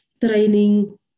training